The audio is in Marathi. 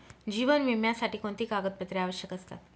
जीवन विम्यासाठी कोणती कागदपत्रे आवश्यक असतात?